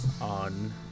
on